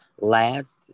last